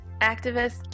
activists